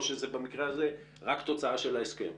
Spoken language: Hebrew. או שבמקרה הזה זו רק תוצאה של ההסכם?